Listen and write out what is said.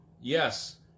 yes